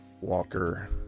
Walker